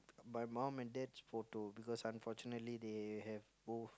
my mum and dad's photo because unfortunately they have both